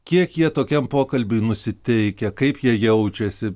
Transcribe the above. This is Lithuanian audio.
kiek jie tokiam pokalbiui nusiteikę kaip jie jaučiasi